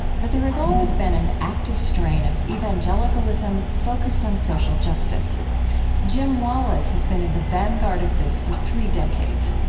but there has always been an active strain of evangelicalism focused on social justice jim wallis has been in the vanguard of this for three decades.